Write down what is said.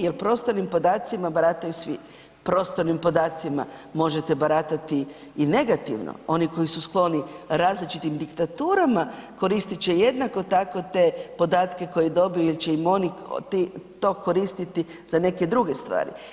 jer prostornim podacima barataju svi. prostornim podacima možete baratati i negativno, oni koji su skloni različitim diktaturama koristite će jednako tako te podatke koje dobiju jer će im oni to koristiti za neke druge stvari.